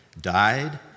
died